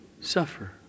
suffer